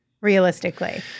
realistically